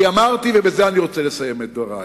כי אמרתי, ובזה אני רוצה לסיים את דברי: